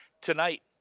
tonight